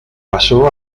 pasó